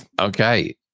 Okay